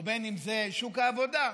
ובין שזה שוק העבודה.